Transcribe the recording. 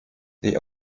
they